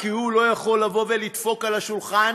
כי הוא לא יכול לבוא ולדפוק על השולחן.